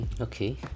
Okay